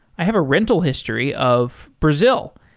i have a rental history of brazil,